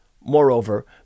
Moreover